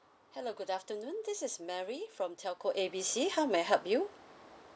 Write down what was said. hello good afternoon this is mary from telco A B C how may I help you